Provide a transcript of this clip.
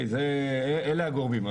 אלה הגורמים.